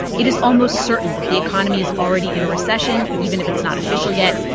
it is almost certain that the economy is already in a recession, even if it's not official yet.